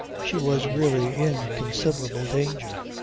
she was really in considerable danger.